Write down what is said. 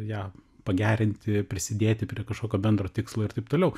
ją pagerinti prisidėti prie kažkokio bendro tikslo ir taip toliau